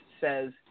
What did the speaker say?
says